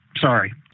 sorry